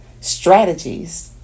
strategies